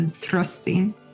trusting